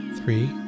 three